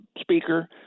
speaker